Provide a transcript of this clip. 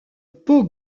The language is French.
pau